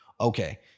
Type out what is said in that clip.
Okay